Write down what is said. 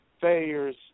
failures